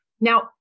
Now